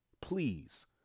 Please